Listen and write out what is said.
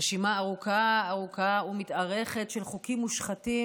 רשימה ארוכה ארוכה ומתארכת של חוקים מושחתים